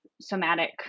somatic